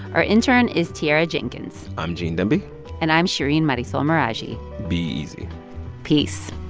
our intern is tiara jenkins i'm gene demby and i'm shereen marisol meraji be easy peace